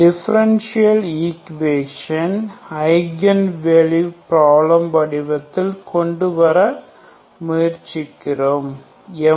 differential equation eigen values problem வடிவத்தில் கொண்டுவர முயற்சிக்கிறோம்